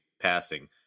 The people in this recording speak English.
passing